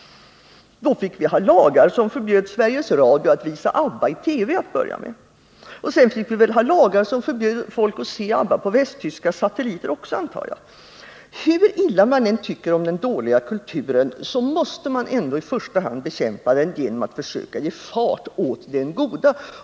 Då fick vi ha lagar som förbjöd Sveriges Radio att visa ABBA i TV, att börja med. Och sedan fick vi väl ha lagar som förbjöd folk att se ABBA via västtyska satelliter också, antar jag. Hur illa man än tycker om den dåliga kulturen, så måste man ändå i första hand bekämpa den genom att försöka ge fart åt den goda.